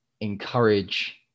encourage